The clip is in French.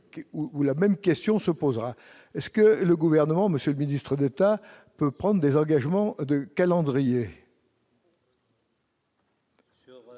où la même question se posera. Le Gouvernement, monsieur le ministre d'État, peut-il prendre des engagements de calendrier ?